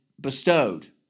bestowed